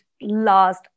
last